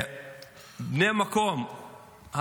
בני המקום,